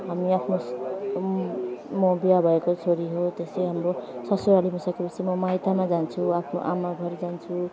हामी आफ्नो म बिहे भएको छोरी हो त्यसै हाम्रो ससुराली बसिसके पछि म माइतामा जान्छु आफ्नो आमा घर जान्छु